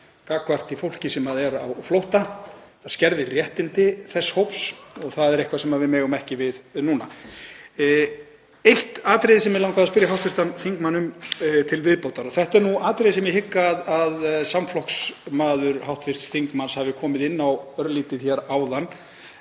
gagnvart því fólki sem er á flótta, það skerðir réttindi þess hóps og það er eitthvað sem við megum ekki við núna. Það er eitt atriði sem mig langaði að spyrja hv. þingmann um til viðbótar og þetta er atriði sem ég hygg að samflokksmaður hv. þingmanns hafi komið inn á örlítið hér áðan,